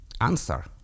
answer